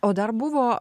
o dar buvo